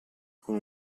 con